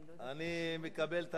אני מקבל את